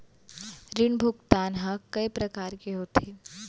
ऋण भुगतान ह कय प्रकार के होथे?